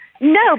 No